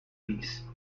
bees